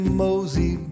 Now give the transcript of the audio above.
mosey